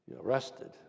arrested